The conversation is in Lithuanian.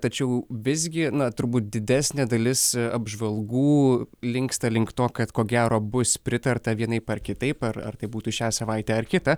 tačiau visgi na turbūt didesnė dalis apžvalgų linksta link to kad ko gero bus pritarta vienaip ar ar kitaip ar tai būtų šią savaitę ar kitą